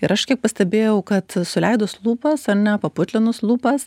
ir aš kiek pastebėjau kad suleidus lūpas ar ne putlinus lūpas